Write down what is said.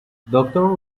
doctor